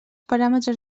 paràmetres